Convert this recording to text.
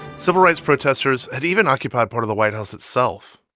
civil rights protesters had even occupied part of the white house itself,